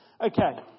Okay